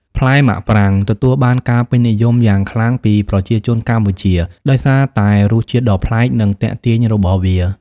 ផ្លែមាក់ប្រាងទទួលបានការពេញនិយមយ៉ាងខ្លាំងពីប្រជាជនកម្ពុជាដោយសារតែរសជាតិដ៏ប្លែក និងទាក់ទាញរបស់វា។